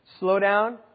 slowdown